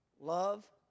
Love